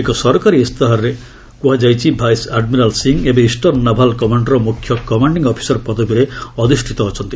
ଏକ ସରକାରୀ ଇସ୍ତାହାର ଅନୁଯାୟୀ ଭାଇସ୍ ଆଡ୍ମିରାଲ୍ ସିଂ ଏବେ ଇଷ୍ଟର୍ଣ୍ଣ ନାଭାଲ୍ କମାଣ୍ଡ୍ ର ମୁଖ୍ୟ କମାଣ୍ଡିଂ ଅଧିକାରୀ ପଦବୀରେ ଅଧିଷ୍ଠିତ ଅଛନ୍ତି